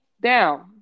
down